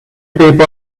people